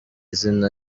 izina